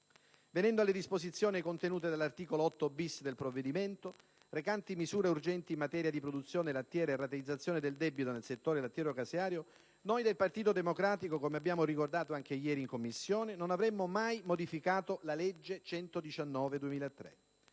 Venendo alle disposizioni contenute nell'articolo 8-*bis* del provvedimento, recante misure urgenti in materia di produzione lattiera e rateizzazione del debito nel settore lattiero-caseario, noi del Partito Democratico, come abbiamo ricordato anche ieri in Commissione, non avremmo mai modificato la legge n.